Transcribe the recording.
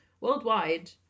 Worldwide